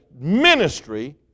ministry